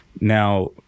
now